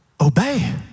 obey